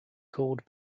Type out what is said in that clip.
called